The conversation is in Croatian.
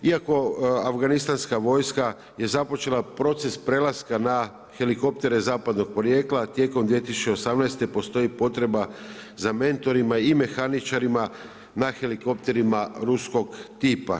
Iako afganistanska vojska je započela proces prelaska helikoptere zapadnog porijekla, tijekom 2018. postoji potreba za mentorima i mehaničarima na helikopterima ruskog tipa.